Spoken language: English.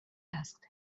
asked